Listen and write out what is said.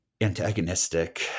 antagonistic